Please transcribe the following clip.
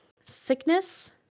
Sickness